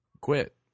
Quit